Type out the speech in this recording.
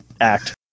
act